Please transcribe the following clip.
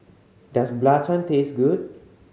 does belacan taste good